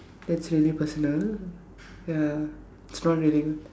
that's really personal ya it's not really good